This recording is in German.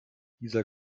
dieser